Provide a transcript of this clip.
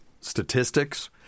statistics